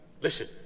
Listen